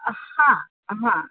हा हा